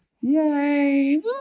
Yay